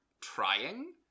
trying